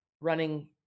running